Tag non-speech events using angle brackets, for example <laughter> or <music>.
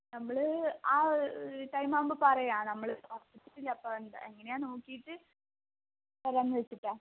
നമ്മൾ ആ ടൈമാകുമ്പം പറയാം നമ്മൾ <unintelligible> എപ്പം എന്താ എങ്ങനെയാണെന്ന് നോക്കിയിട്ട് വരാമെന്ന് വെച്ചിട്ടാണ്